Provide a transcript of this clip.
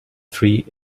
three